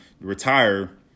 retire